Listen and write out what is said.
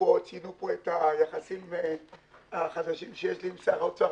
ציינו פה את היחסים החדשים שיש לי עם שר האוצר,